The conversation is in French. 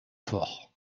fort